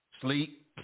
Sleep